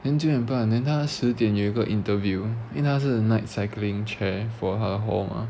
then 九点半 then 她十点有一个 interview 因为她是 night cycling chair for 她的 hall mah